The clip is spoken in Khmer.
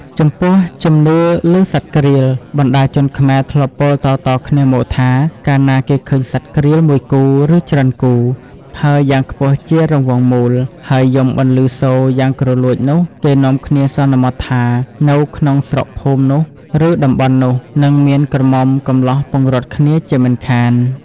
ចំពោះ ជំនឿលើសត្វក្រៀល បណ្ដាជនខ្មែរធ្លាប់ពោលតៗគ្នាមកថា កាលណាគេឃើញសត្វក្រៀលមួយគូ ឬច្រើនគូ ហើរយ៉ាងខ្ពស់ជារង្វង់មូល ហើយយំបន្លឺស្នូរយ៉ាងគ្រលួចនោះ គេនាំគ្នាសន្មតថា នៅក្នុងស្រុកភូមិនាតំបន់នោះ និងមានក្រមុំកំលោះពង្រត់គ្នាជាមិនខាន។